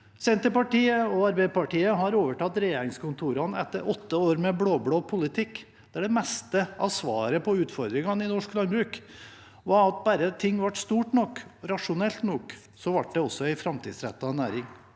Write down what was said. Senterpartiet og Arbeiderpartiet har overtatt regjeringskontorene etter åtte år med blå-blå politikk, der det meste av svaret på utfordringene i norsk landbruk var at bare ting ble stort nok og rasjonelt nok, ble det også en framtidsrettet næring.